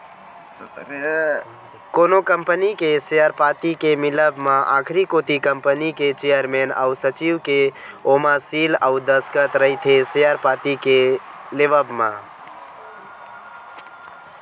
कोनो कंपनी के सेयर पाती के मिलब म आखरी कोती कंपनी के चेयरमेन अउ सचिव के ओमा सील अउ दस्कत रहिथे सेयर पाती के लेवब म